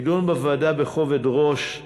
יידון בוועדה בכובד ראש.